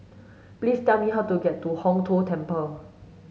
please tell me how to get to Hong Tho Temple